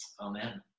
amen